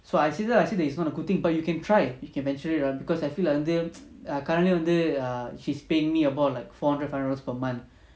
so I see I see that it's not a good thing but you can try you can venture it ah because I feel like வந்து:vandhu err currently வந்து:vandhu err she's paying me about like four hundred five hundred per month